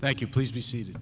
thank you please be seated